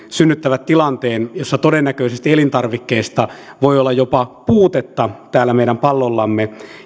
synnyttävät tilanteen jossa todennäköisesti elintarvikkeista voi olla jopa puutetta täällä meidän pallollamme